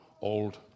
Old